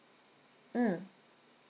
mm